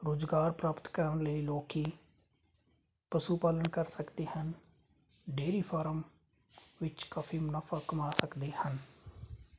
ਰੁਜ਼ਗਾਰ ਪ੍ਰਾਪਤ ਕਰਨ ਲਈ ਲੋਕ ਪਸ਼ੂ ਪਾਲਣ ਕਰ ਸਕਦੇ ਹਨ ਡੇਰੀ ਫਾਰਮ ਵਿੱਚ ਕਾਫੀ ਮੁਨਾਫਾ ਕਮਾ ਸਕਦੇ ਹਨ